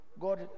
God